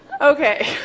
Okay